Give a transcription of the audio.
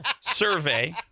survey